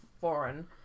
foreign